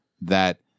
that-